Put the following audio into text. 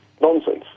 nonsense